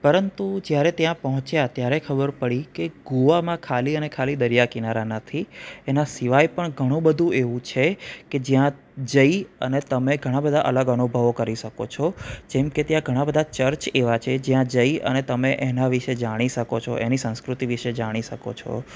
પરંતુ જયારે ત્યાં પહોંચ્યા ત્યારે ખબર પડી કે ગોવામાં ખાલી અને ખાલી દરિયા કિનારા નથી એના સિવાય પણ ઘણું બધું એવું છે કે જ્યાં જઈ અને તમે ઘણા બધા અલગ અનુભવો કરી શકો છો જેમકે ત્યાં ઘણાં બધા ચર્ચ એવાં છે કે ત્યાં જઈ અને તમે એના વિશે જાણી શકો છો એની સંસ્કૃતિ વિશે જાણી શકો છો